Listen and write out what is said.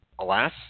Alas